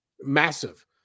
massive